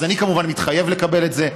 אז אני כמובן מתחייב לקבל את זה.